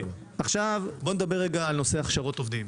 עכשיו בואו נדבר רגע על הנושא של הכשרות עובדים.